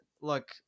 look